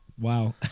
Wow